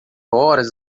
horas